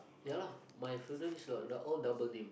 ya lah my children is all double name